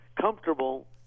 comfortable